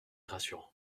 rassurant